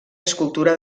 escultura